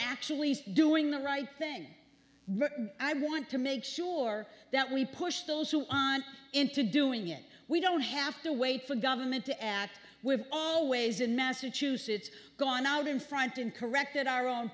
actually doing the right thing i want to make sure that we push those who aren't into doing it we don't have to wait for government to act we've always in massachusetts gone out in front and corrected our own